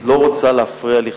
את לא רוצה להפריע לי,